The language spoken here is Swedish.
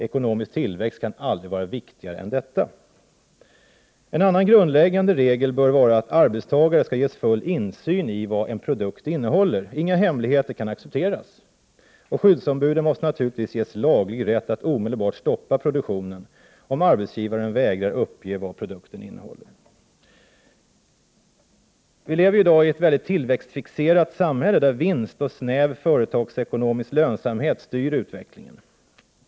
Ekonomisk tillväxt kan aldrig vara viktigare än detta. En annan grundläggande regel bör vara att arbetstagare skall ges full insyn i vad en produkt innehåller. Inga hemligheter kan accepteras. Och skyddsombuden måste naturligtvis ges laglig rätt att omedelbart stoppa produktionen, om arbetsgivaren vägrar att uppge vad produkten innehåller. Vi lever i dag i ett mycket tillväxtfixerat samhälle, där vinst och snäv företagsekonomisk lönsamhet styr utvecklingen.